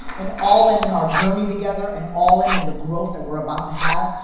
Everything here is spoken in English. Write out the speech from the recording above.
and all-in in our journey together, and all-in in the growth that we're about to have,